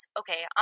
okay